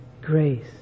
grace